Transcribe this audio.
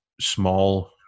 small